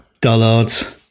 dullards